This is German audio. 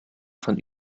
von